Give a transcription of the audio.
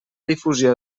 difusió